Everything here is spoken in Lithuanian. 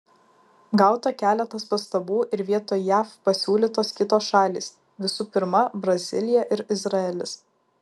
gauta keletas pastabų ir vietoj jav pasiūlytos kitos šalys visų pirma brazilija ir izraelis